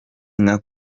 nka